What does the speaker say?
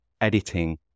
editing